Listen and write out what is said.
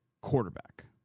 quarterback